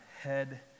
head